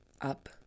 up